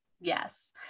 Yes